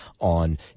on